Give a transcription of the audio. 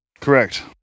Correct